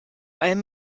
allem